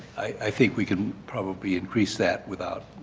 i think we can probably increase that without